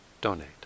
donate